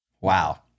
wow